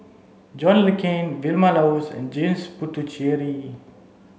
John Le Cain Vilma Laus and James Puthucheary